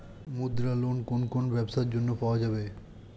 মুদ্রা লোন কোন কোন ব্যবসার জন্য পাওয়া যাবে?